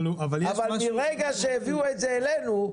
אבל מרגע שהביאו את זה אלינו,